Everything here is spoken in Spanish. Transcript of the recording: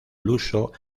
luso